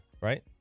right